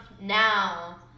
now